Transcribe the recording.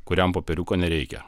kuriam popieriuko nereikia